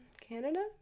Canada